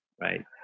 right